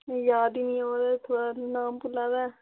याद ही नी आवा दा थुआढ़ा नाम भुल्ला दा ऐ